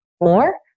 more